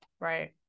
Right